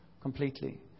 completely